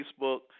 Facebook